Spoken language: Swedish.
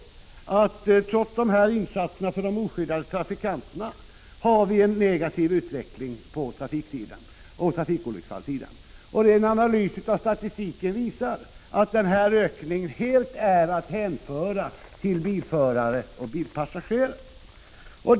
1985/86:54 Men vi konstaterar att trafikolycksfallen fr.o.m. förra året haft en negativ 17 december 1985 utveckling trots insatserna för de oskyddade trafikanterna. En analys av Jaa HH — statistiken visar att ökningen helt är att hänföra till bilförare och bilpassagerare.